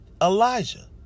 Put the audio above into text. Elijah